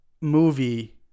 movie